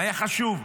היה חשוב.